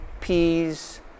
peas